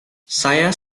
saya